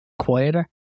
quieter